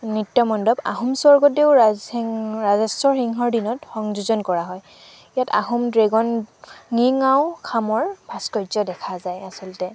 নৃত্যমণ্ডপ আহোম স্বৰ্গদেউ ৰাজ্ ৰাজেশ্বৰ সিংহৰ দিনত সংযোজন কৰা হয় ইয়াত আহোম ড্ৰেগন ঙি ঙাও খামৰ ভাস্কৰ্য দেখা যায় আচলতে